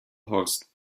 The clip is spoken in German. horst